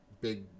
big